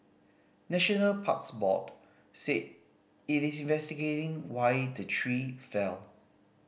National Parks Board said it is investigating why the tree fell